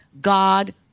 God